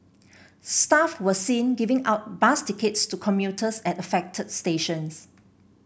staff were seen giving out bus tickets to commuters at affected stations